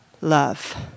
love